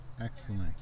Excellent